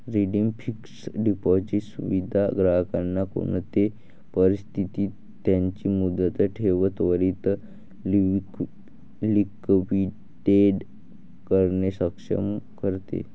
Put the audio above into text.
redeemed fixed deposit सुविधा ग्राहकांना कोणते परिस्थितीत त्यांची मुदत ठेव त्वरीत लिक्विडेट करणे सक्षम करते